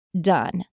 done